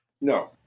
No